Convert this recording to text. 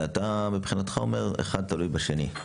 ואתה אומר שאחד תלוי בשני.